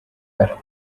era